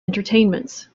entertainments